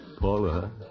Paula